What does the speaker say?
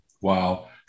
Wow